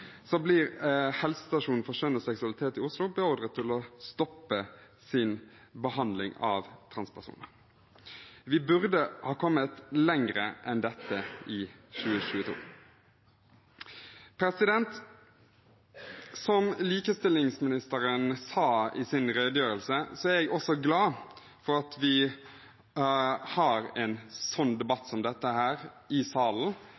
blir helsestasjonen for kjønn og seksualitet i Oslo beordret til å stoppe sin behandling av transpersoner. Vi burde ha kommet lenger enn dette i 2022. Som likestillingsministeren sa i sin redegjørelse, er jeg også glad for at vi har en debatt som dette i salen